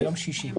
ביום שישי.